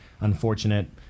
Unfortunate